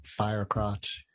Firecrotch